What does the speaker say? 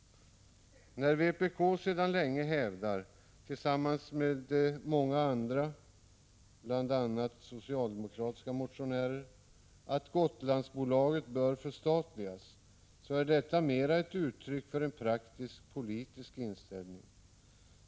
När vpk sedan länge har hävdat — tillsammans med många andra, bl.a. socialdemokratiska motionärer — att Gotlandsbolaget bör förstatligas, detta mera ett uttryck för en praktisk-politisk inställning.